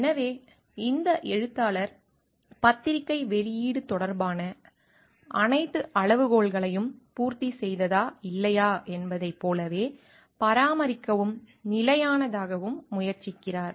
எனவே இந்த எழுத்தாளர் பத்திரிகை வெளியீடு தொடர்பான அனைத்து அளவுகோல்களையும் பூர்த்தி செய்ததா இல்லையா என்பதைப் போலவே பராமரிக்கவும் நிலையானதாகவும் முயற்சிக்கிறார்